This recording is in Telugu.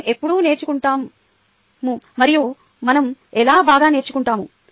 మనం ఎప్పుడు నేర్చుకుంటాము మరియు మనం ఎలా బాగా నేర్చుకుంటాము